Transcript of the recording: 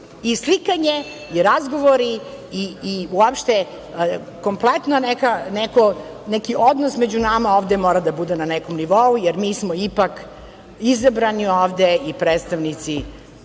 I slikanje i razgovori i uopšte kompletno neki odnos među nama ovde mora da bude na nekom nivou, jer mi smo ipak izabrani ovde i predstavnici